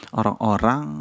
orang-orang